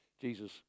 Jesus